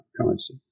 currency